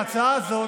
ההצעה הזאת,